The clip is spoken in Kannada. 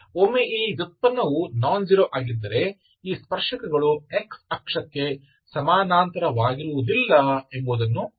ಆದ್ದರಿಂದ ಒಮ್ಮೆ ಈ ವ್ಯುತ್ಪನ್ನವು ನಾನ್ ಜೀರೋ ಆಗಿದ್ದರೆ ಈ ಸ್ಪರ್ಶಕಗಳು x ಅಕ್ಷಕ್ಕೆ ಸಮಾನಾಂತರವಾಗಿರುವುದಿಲ್ಲ ಎಂಬುದನ್ನು ನೀವು ನೋಡಬಹುದು